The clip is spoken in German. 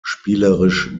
spielerisch